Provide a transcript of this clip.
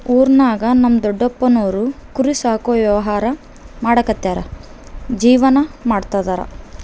ಊರಿನಾಗ ನಮ್ ದೊಡಪ್ಪನೋರು ಕುರಿ ಸಾಕೋ ವ್ಯವಹಾರ ಮಾಡ್ಕ್ಯಂತ ಜೀವನ ಮಾಡ್ತದರ